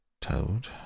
Toad